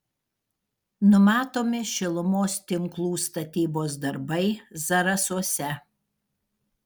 numatomi šilumos tinklų statybos darbai zarasuose